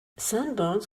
sunburns